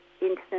instance